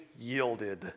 yielded